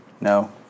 No